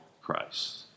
Christ